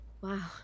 Wow